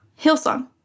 Hillsong